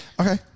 Okay